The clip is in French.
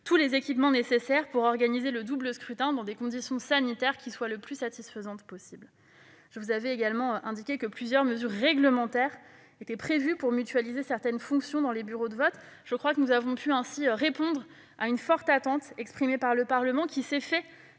-tous les équipements nécessaires pour organiser le double scrutin dans les conditions sanitaires les plus satisfaisantes possible. Je vous avais également indiqué que plusieurs mesures réglementaires étaient prévues pour mutualiser certaines fonctions dans les bureaux de vote. Je crois que nous avons ainsi pu répondre à une attente forte exprimée par le Parlement, qui s'était